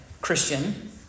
Christian